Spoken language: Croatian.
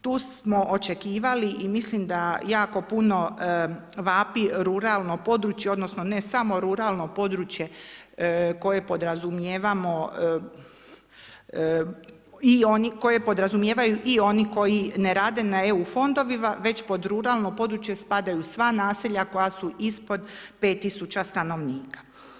Tu smo očekivali i mislim da jako puno vapi ruralno područje, odnosno ne samo ruralno područje koje podrazumijevaju i oni koje podrazumijevaju i oni koji ne rade na EU fondovima već pod ruralno područje spadaju sva naselja koja su ispod 5000 stanovnika.